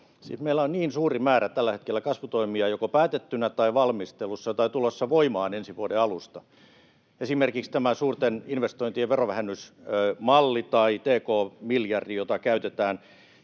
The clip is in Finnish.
meillä on niin suuri määrä tällä hetkellä kasvutoimia joko päätettynä tai valmistelussa tai tulossa voimaan ensi vuoden alusta, esimerkiksi tämä suurten investointien verovähennysmalli tai tk-miljardi, jota käytetään,